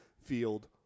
field